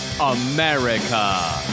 America